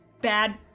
bad